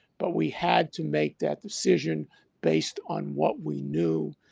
but we had to make that decision based on what we knew.